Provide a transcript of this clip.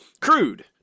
crude